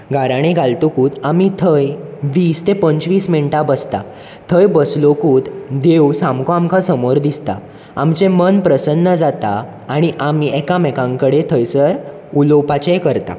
घाराणें घालतकूत आमी थंय वीस ते पंचवीस मिनटां बसता थंय बसलुकूत देव सामको आमकां समोर दिसता आमचे मन प्रसन्न जाता आनी आमी एकामेकां कडेन थयसर उलोवपाचेय करता